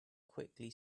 quickly